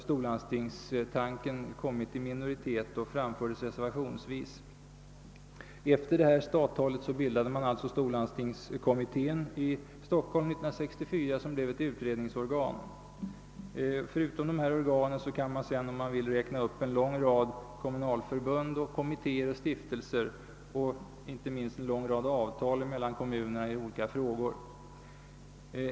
Storlandstingstanken hade där kommit i minoritet och framförts reservationsvis. Efter herr Mehrs stattal bildade man alltså storlandstingkommittén i Stockholm 1964 som blev ett utredningsorgan. Förutom dessa organ kan man, om man så vill, räkna upp en lång rad kommunalförbund, kommittéer och stiftelser, inte minst en lång rad avtal mellan kommunerna i olika frågor.